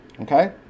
okay